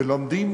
ולומדים